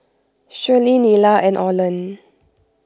Shelley Nita and Orland